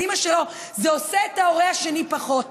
אימא שלו זה עושה את ההורה השני פחות טוב?